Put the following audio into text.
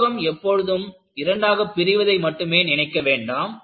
உலோகம் எப்பொழுதும் இரண்டாக பிரிவதை மட்டுமே நினைக்க வேண்டாம்